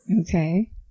Okay